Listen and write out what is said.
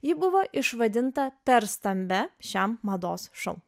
ji buvo išvadinta per stambia šiam mados šou